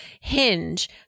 Hinge